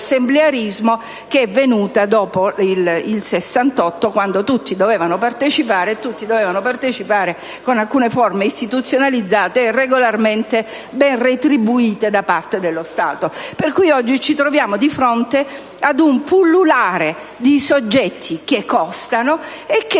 dell'assemblearismo venuta dopo il Sessantotto, quando tutti dovevano partecipare, e partecipare con alcune forme istituzionalizzate e regolarmente ben retribuite da parte dello Stato. Quindi oggi ci troviamo di fronte ad un pullulare di soggetti che costano e che